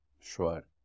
Sure